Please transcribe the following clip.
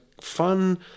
fun